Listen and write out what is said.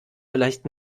vielleicht